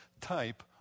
type